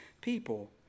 people